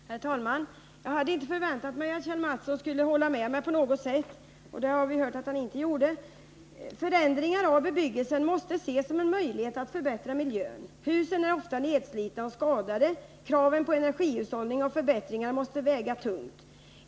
Herr talman! Jag hade inte förväntat mig att Kjell Mattsson på något sätt skulle hålla med mig, och vi har också hört att han inte gör det. Förändringar av bebyggelsen måste ses som en möjlighet att förbättra miljön. Husen är ofta nedslitna och skadade, varför kraven på energihushållning och förbättringar måste väga tungt.